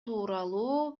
тууралуу